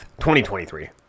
2023